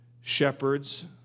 shepherds